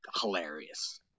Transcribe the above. Hilarious